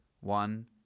One